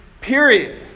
period